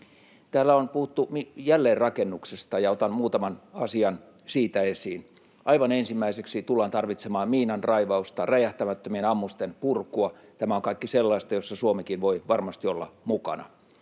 Täällä on puhuttu jälleenrakennuksesta, ja otan muutaman asian siitä esiin. Aivan ensimmäiseksi tullaan tarvitsemaan miinanraivausta, räjähtämättömien ammusten purkua. Tämä on kaikki sellaista, jossa Suomikin voi varmasti olla mukana.